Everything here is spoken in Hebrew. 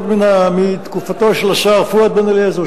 עוד מתקופתו של השר פואד בן-אליעזר,